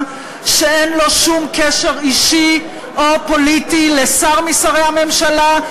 שאין לו שום קשר אישי או פוליטי לשר משרי הממשלה,